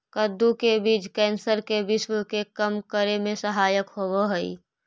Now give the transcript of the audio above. कद्दू के बीज कैंसर के विश्व के कम करे में सहायक होवऽ हइ